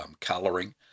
colouring